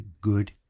good